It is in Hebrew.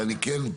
אבל אני פונה,